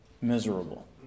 miserable